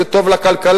זה טוב לכלכלה,